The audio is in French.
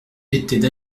étaient